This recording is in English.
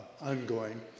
ongoing